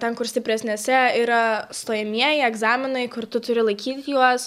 ten kur stipresnėse yra stojamieji egzaminai kur tu turi laikyti juos